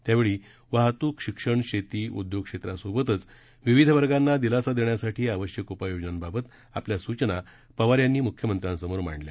त्यावेळी वाहतूक शिक्षण शेती उद्योग क्षेत्रासोबतच विविध वर्गाना दिलासा देण्यासाठी आवश्यक उपाय योजनांबाबत आपल्या सूचना पवार यांनी मुख्यमंत्र्यांसमोर मांडल्या